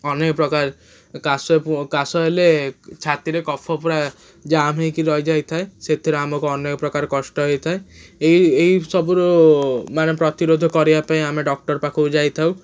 ଅନେକପ୍ରକାର କାଶ କାଶ ହେଲେ ଛାତିରେ କଫ ପୁରା ଜାମ୍ ହେଇକି ରହିଯାଇଥାଏ ସେଥିରେ ଆମକୁ ଅନେକପ୍ରକାର କଷ୍ଟ ହୋଇଥାଏ ଏଇ ଏଇସବୁରୁ ମାନେ ପ୍ରତିରୋଧ କରିବା ପାଇଁ ଆମେ ଡକ୍ଟର ପାଖକୁ ଯାଇଥାଉ